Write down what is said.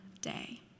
day